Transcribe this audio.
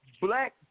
black